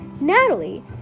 Natalie